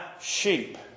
sheep